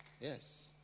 Yes